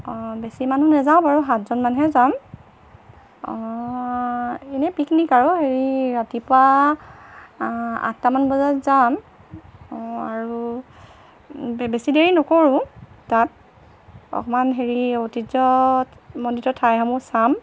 অঁ বেছি মানুহ নেযাওঁ বাৰু সাতজন মানহে যাম অঁ এনেই পিকনিক আৰু হেৰি ৰাতিপুৱা আঠটামান বজাত যাম অঁ আৰু বেছি দেৰি নকৰোঁ তাত অকণমান হেৰি ঐতিহ্যমণ্ডিত ঠাইসমূহ চাম